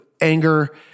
Anger